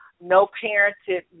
no-parented